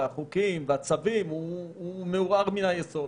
החוקים והצווים מעורער מן היסוד.